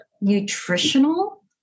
nutritional